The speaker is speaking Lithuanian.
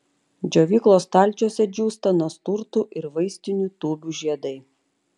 džiovyklos stalčiuose džiūsta nasturtų ir vaistinių tūbių žiedai